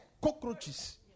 Cockroaches